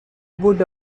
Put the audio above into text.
woods